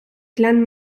glen